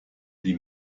die